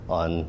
on